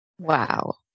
Wow